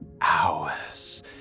hours